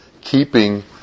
keeping